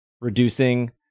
reducing